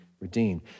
redeemed